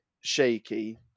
shaky